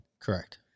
Correct